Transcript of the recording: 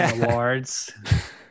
awards